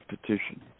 petition